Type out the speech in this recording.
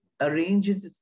arranges